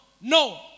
no